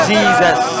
Jesus